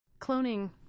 cloning